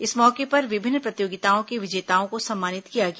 इस मौके पर विभिन्न प्रतियोगिताओं के विजेताओं को सम्मानित किया गया